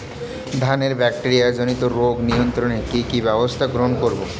ধানের ব্যাকটেরিয়া জনিত রোগ নিয়ন্ত্রণে কি কি ব্যবস্থা গ্রহণ করব?